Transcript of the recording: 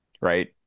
right